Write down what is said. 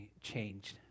changed